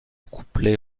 couplet